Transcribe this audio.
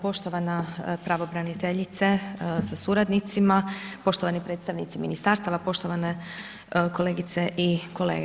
Poštovana pravobraniteljice sa suradnicima, poštovani predstavnici ministarstava, poštovane kolegice i kolege.